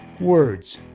words